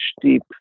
steep